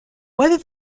whether